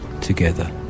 together